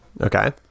Okay